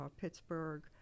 Pittsburgh